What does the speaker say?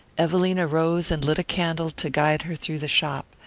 evelina rose and lit a candle to guide her through the shop.